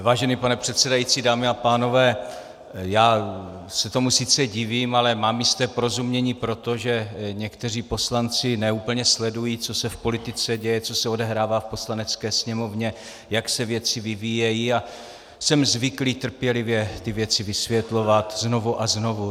Vážený pane předsedající, dámy a pánové, já se tomu sice divím, ale mám jisté porozumění pro to, že někteří poslanci ne úplně sledují, co se v politice děje, co se odehrává v Poslanecké sněmovně, jak se věci vyvíjejí, a jsem zvyklý trpělivě ty věci vysvětlovat znovu a znovu.